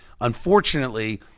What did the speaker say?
Unfortunately